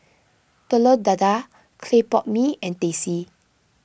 Telur Dadah Clay Pot Mee and Teh C